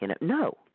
No